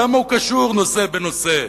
למה הוא קשור נושא בנושא?